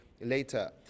later